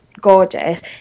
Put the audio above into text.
gorgeous